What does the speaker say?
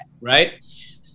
right